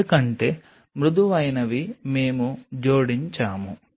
ఎందుకంటే మృదువైనవి మేము జోడించాము